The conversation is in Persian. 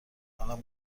منم